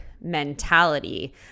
mentality